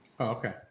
okay